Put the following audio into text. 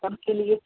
सब के लिए